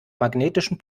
magnetischen